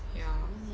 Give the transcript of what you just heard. ya